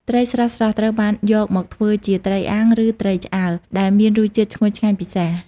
ត្រីស្រស់ៗត្រូវបានយកមកធ្វើជា ត្រីអាំង ឬត្រីឆ្អើរ ដែលមានរសជាតិឈ្ងុយឆ្ងាញ់ពិសា។